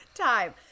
time